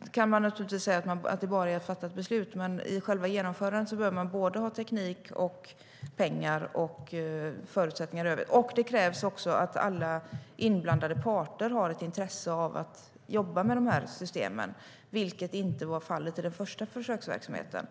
Man kan alltså naturligtvis säga att det bara är att fatta ett beslut, men i själva genomförandet behöver man ha såväl teknik och pengar som förutsättningar i övrigt. Det krävs också att alla inblandade parter har ett intresse av att jobba med de här systemen, vilket inte var fallet i den första försöksverksamheten.